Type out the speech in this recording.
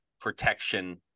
protection